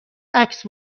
عکس